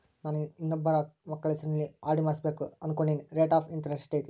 ನಾನು ನನ್ನ ಇಬ್ಬರು ಮಕ್ಕಳ ಹೆಸರಲ್ಲಿ ಆರ್.ಡಿ ಮಾಡಿಸಬೇಕು ಅನುಕೊಂಡಿನಿ ರೇಟ್ ಆಫ್ ಇಂಟರೆಸ್ಟ್ ಎಷ್ಟೈತಿ?